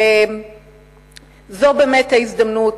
זו באמת ההזדמנות,